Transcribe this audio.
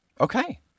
Okay